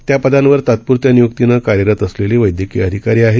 त्या पदांवर तात्प्रत्या निय्क्तीने कार्यरत असलेले वैद्यकीय अधिकारी आहेत